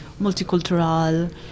multicultural